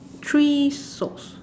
three socks